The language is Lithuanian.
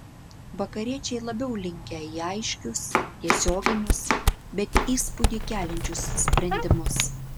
vakariečiai labiau linkę į aiškius tiesioginius bet įspūdį keliančius sprendimus